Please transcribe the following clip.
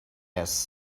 has